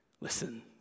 Listen